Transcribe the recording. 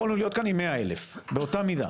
יכולנו להיות כאן עם 100,000, באותה מידה,